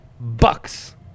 Bucks